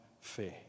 fair